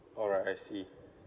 alright I see